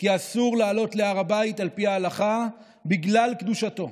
כי אסור לעלות להר הבית על פי ההלכה, בגלל קדושתו.